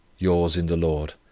yours in the lord